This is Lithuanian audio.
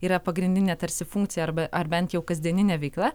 yra pagrindinė tarsi funkcija arba ar bent jau kasdieninė veikla